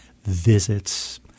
visits